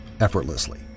effortlessly